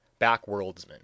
Backworldsman